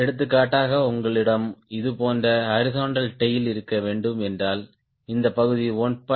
எடுத்துக்காட்டாக உங்களிடம் இது போன்ற ஹாரிஸ்ன்ட்டல் டேய்ல் இருக்க வேண்டும் என்றால் இந்த பகுதியை 1